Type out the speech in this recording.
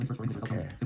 Okay